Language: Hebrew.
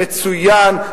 מצוין,